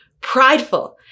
prideful